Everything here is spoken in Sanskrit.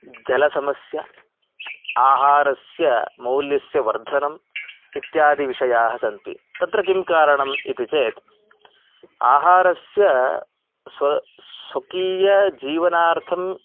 जलसमस्या आहारस्य मौल्यस्य वर्धनम् इत्यादिविषयाः सन्ति तत्र किं कारणम् इति चेत् आहारस्य स्व स्वकीय जीवनार्थम्